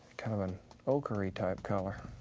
kind of an ochre-y type color.